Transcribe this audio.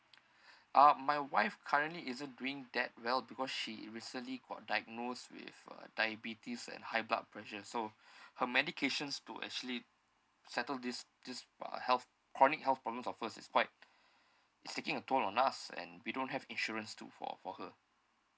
uh my wife currently isn't doing that well because she recently got diagnosed with uh diabetes and high blood pressure so her medications to actually settle this this uh health chronic health problems of hers is quite it's taking a toll on us and we don't have insurance to for for her